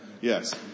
Yes